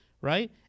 right